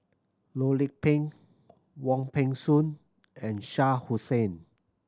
Loh Lik Peng Wong Peng Soon and Shah Hussain